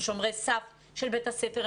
הם שומרי סף של בית הספר,